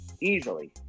easily